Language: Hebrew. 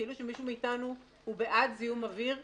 כאילו שמישהו מאיתנו הוא בעד זיהום אוויר.